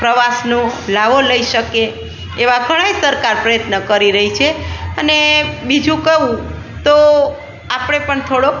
પ્રવાસનો લાહ્વો લઈ શકે એવા ઘણાય સરકાર પ્રયત્ન કરી રહી છે અને બીજું કહું તો આપણે પણ થોડોક